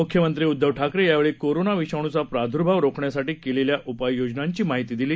मुख्यमंत्री उद्धव ठाकरे यावेळी कोरोना विषाणूचा प्रादुर्भाव रोखण्यासाठी केलेल्या उपाययोजनांची माहिती दिली